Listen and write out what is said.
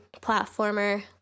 platformer